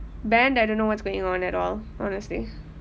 band I don't know what's going on at all honestly